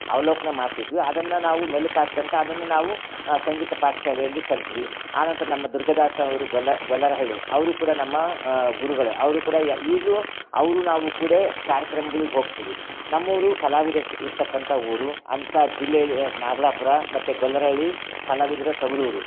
ಅವಲೋಕನ ಮಾಡ್ತಿದ್ವಿ ಅದನ್ನು ನಾವು ಮೆಲ್ಕು ಹಾಕ್ಕೊಂತ ಅದನ್ನು ನಾವು ಸಂಗೀತ ಪಾಠ ಶಾಲೆಯಲ್ಲಿ ಕಲಿತ್ವಿ ಆ ನಂತರ ನಮ್ಮ ದುರ್ಗದಾಸ್ ಅವರು ಗೊಲ್ಲ ಗೊಲ್ಲರಹಳ್ಳಿ ಅವರು ಕೂಡ ನಮ್ಮ ಗುರುಗಳು ಅವರು ಕೂಡ ಈಗಲೂ ಅವರೂ ನಾವು ಕೂಡೇ ಕಾರ್ಯಕ್ರಮಗಳಿಗೆ ಹೋಗ್ತೀವಿ ನಮ್ಮ ಊರು ಕಲಾವಿದ್ರು ಇರತಕ್ಕಂಥ ಊರು ಅಂತ ಜಿಲ್ಲೆಯಲ್ಲಿ ನಾಗಲಾಪುರ ಮತ್ತು ಗೊಲ್ಲರಹಳ್ಳಿ ಕಲಾವಿದರ ತವರೂರು